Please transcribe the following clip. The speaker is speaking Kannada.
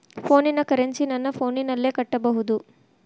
ಫೋನಿನ ಕರೆನ್ಸಿ ನನ್ನ ಫೋನಿನಲ್ಲೇ ಕಟ್ಟಬಹುದು?